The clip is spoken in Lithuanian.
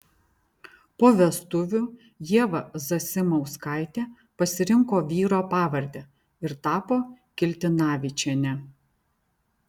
po vestuvių ieva zasimauskaitė pasirinko vyro pavardę ir tapo kiltinavičiene